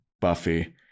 Buffy